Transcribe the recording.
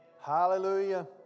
Hallelujah